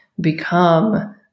become